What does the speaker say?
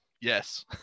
Yes